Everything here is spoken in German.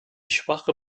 schwache